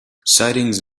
sightings